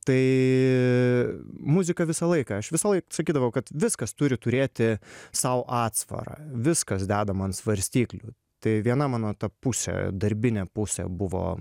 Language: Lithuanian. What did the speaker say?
tai muzika visą laiką aš visąlaik sakydavau kad viskas turi turėti sau atsvarą viskas dedama ant svarstyklių tai viena mano ta pusė darbinė pusė buvo